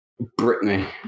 Britney